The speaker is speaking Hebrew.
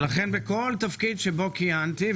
ולכן בכל תפקיד שבו כיהנתי,